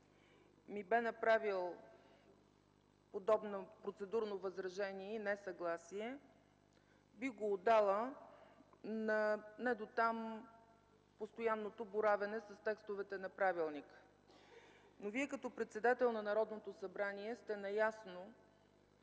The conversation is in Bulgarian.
ми бе направил подобно процедурно възражение и несъгласие, бих го отдала на недотам постоянното боравене с текстовете на правилника. Но Вие като председател на Народното събрание сте наясно,